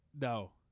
No